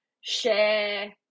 share